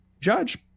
Judge